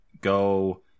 go